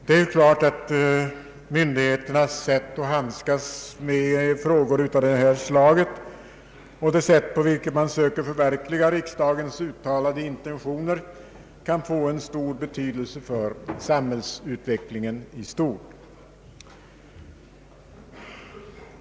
Det är klart att myndigheternas sätt att handskas med frågor av det här slaget och det sätt på vilket de söker förverkliga riksdagens uttalade intentioner kan få stor betydelse för samhällsutvecklingen i stort.